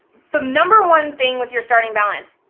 the number one thing with your starting balance,